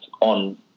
on